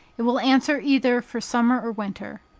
it will answer either for summer or winter.